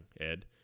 Ed